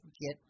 get